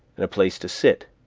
and a place to sit,